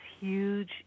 huge